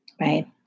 right